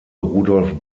rudolf